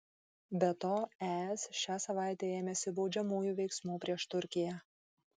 be to es šią savaitę ėmėsi baudžiamųjų veiksmų prieš turkiją